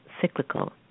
cyclical